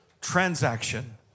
transaction